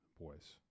boys